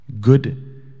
good